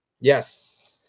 Yes